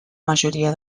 majoria